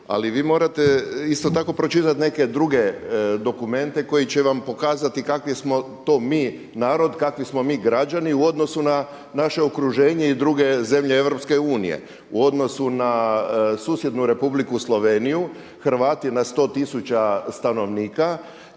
Ali vi morate isto tako pročitati neke druge dokumente koji će vam pokazati kakvi smo to mi narod, kakvi smo mi građani u odnosu na naše okruženje i druge zemlje EU. U odnosu na susjednu Republiku Sloveniju Hrvati na 100 tisuća stanovnika